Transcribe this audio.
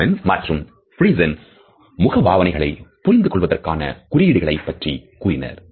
Ekman மற்றும் Friesen முகபாவனைகளை புரிந்து கொள்வதற்கான குறியீடுகளை பற்றிக் கூறினர்